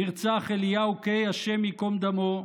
נרצח אליהו קיי, השם ייקום דמו,